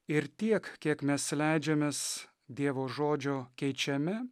ir tiek kiek mes leidžiamės dievo žodžio keičiami